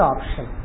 Option